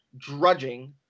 drudging